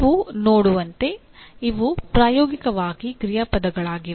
ನೀವು ನೋಡುವಂತೆ ಇವು ಪ್ರಾಯೋಗಿಕವಾಗಿ ಕ್ರಿಯಾಪದಗಳಾಗಿವೆ